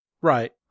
Right